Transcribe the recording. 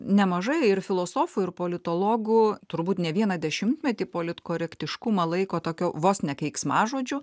nemažai ir filosofų ir politologų turbūt ne vieną dešimtmetį politkorektiškumą laiko tokiu vos ne keiksmažodžiu